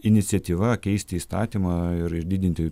iniciatyva keisti įstatymą ir išdidinti